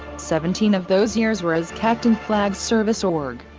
seventeen of those years were as captain flag service org.